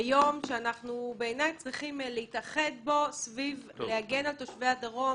ביום שבעיניי אנחנו צריכים להתאחד בו סביב ההגנה על תושבי הדרום,